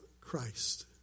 Christ